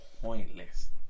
pointless